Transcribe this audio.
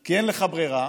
כי אין לך ברירה,